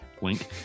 wink